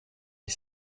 est